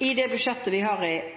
I det budsjettet vi har i